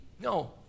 No